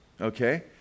Okay